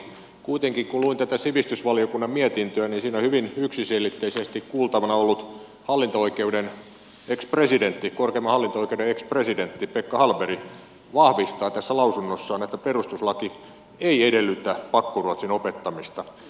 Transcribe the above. kuitenkin kun luin tätä sivistysvaliokunnan mietintöä siinä hyvin yksiselitteisesti kuultavana ollut korkeimman hallinto oikeuden ex presidentti pekka hallberg vahvistaa lausunnossaan että perustuslaki ei edellytä pakkoruotsin opettamista